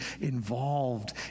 involved